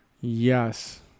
yes